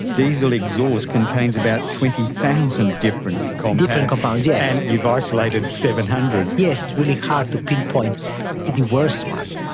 diesel exhaust contains about twenty thousand different um different compounds yeah and you've isolated seven hundred. yes, it's really hard to pinpoint the worst one.